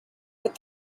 put